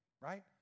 right